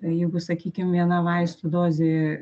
jeigu sakykim viena vaistų dozė